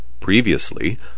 Previously